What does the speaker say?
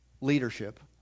leadership